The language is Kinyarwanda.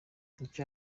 nicyo